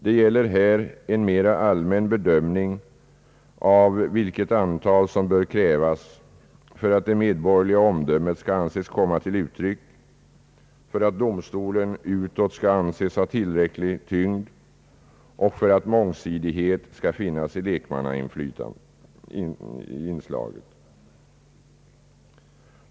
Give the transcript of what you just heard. Det gäller här en allmän bedömning av vilket antal som bör krävas för att det medborgerliga omdömet skall anses komma till uttryck, för att domsto len utåt skall anses ha tillräcklig tyngd och för att mångsidighet skall finnas i lekmannainslaget.